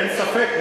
אין ספק,